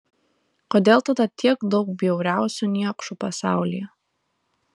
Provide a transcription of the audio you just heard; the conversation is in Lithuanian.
kodėl tada tiek daug bjauriausių niekšų pasaulyje